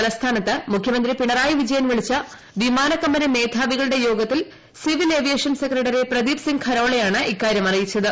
തലസ്ഥിന്ത്ത് മുഖ്യമന്ത്രി പിണറായി വിജയൻ വിളിച്ച വിമാനക്കമ്പനി ്മേധാവികളുടെ യോഗത്തിൽ civil aviation secretary Pradeep Singh ഖരോളയാണ് ഇക്കാര്യം അറിയിച്ചത്